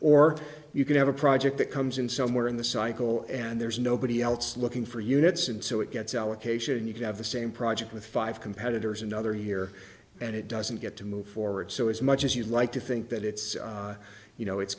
or you can have a project that comes in somewhere in the cycle and there's nobody else looking for units and so it gets allocation and you can have the same project with five competitors another year and it doesn't get to move forward so as much as you'd like to think that it's you know it's